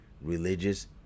religious